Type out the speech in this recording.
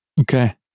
Okay